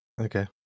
Okay